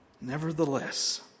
Nevertheless